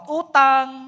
utang